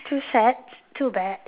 too sad too bad